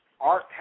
Art